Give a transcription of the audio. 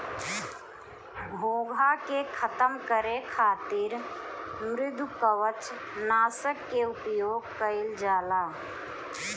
घोंघा के खतम करे खातिर मृदुकवच नाशक के उपयोग कइल जाला